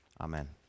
Amen